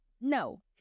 no